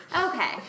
Okay